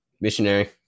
Missionary